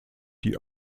die